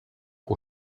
aux